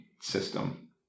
system